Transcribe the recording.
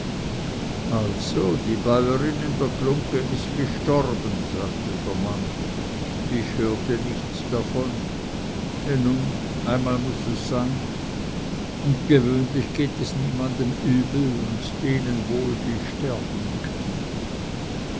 also die bäuerin in der glungge ist gestorben sagte der mann ich hörte nichts davon he nun einmal muß es sein und gewöhnlich geht es niemandem übel und denen wohl die sterben können